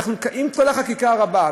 עם כל החקיקה הרבה,